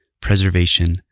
preservation